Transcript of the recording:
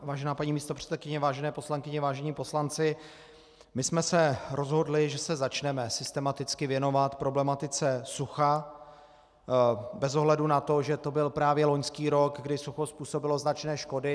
Vážená paní místopředsedkyně, vážené poslankyně, vážení poslanci, rozhodli jsme se, že se začneme systematicky věnovat problematice sucha bez ohledu na to, že to byl právě loňský rok, kdy sucho způsobilo značné škody.